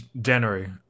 January